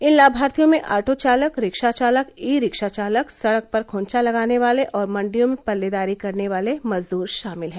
इन लाभार्थियों में ऑटो चालक रिक्शा चालक ई रिक्शा चालक सड़क पर खोंचा लगाने वाले और मंडियों में पल्लेदारी करने वाले मजदूर शामिल है